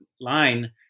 line